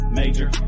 major